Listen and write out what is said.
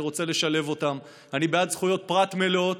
אני רוצה לשלב אותם, אני בעד זכויות פרט מלאות